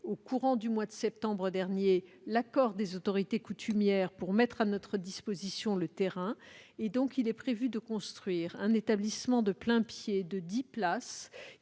le courant du mois de septembre dernier, l'accord des autorités coutumières pour mettre le terrain à notre disposition. Il est prévu de construire un établissement de plain-pied de dix places,